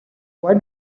why